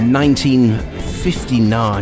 1959